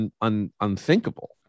unthinkable